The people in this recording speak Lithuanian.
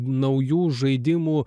naujų žaidimų